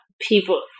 people